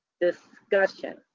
discussion